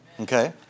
Okay